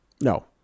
No